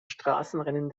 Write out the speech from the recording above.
straßenrennen